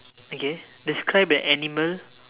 okay describe a animal